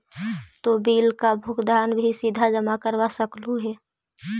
तु बिल का भुगतान भी सीधा जमा करवा सकलु हे